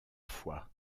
fois